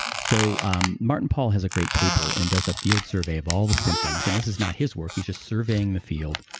so um martin pall has a great paper and does a field survey of all the symptoms. and this is not his work he's just surveying the field,